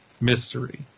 mystery